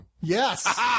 Yes